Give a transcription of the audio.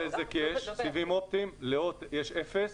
לבזק יש סיבים אופטיים, ל-הוט יש אפס.